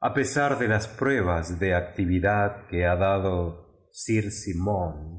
a pesar de las pruebas de ac tividad que ha dado sir simen